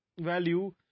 value